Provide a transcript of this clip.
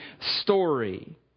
story